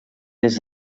des